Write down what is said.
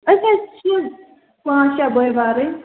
أسۍ حظ چھِ پانٛژھ شےٚ بٲے بارٕنۍ